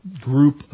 Group